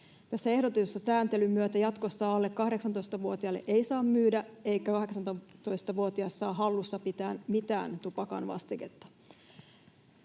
ehdotetun sääntelyn myötä jatkossa alle 18-vuotiaille ei saa myydä eikä alle 18-vuotias saa hallussapitää mitään tupakan vastiketta.